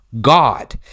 God